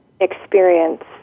experience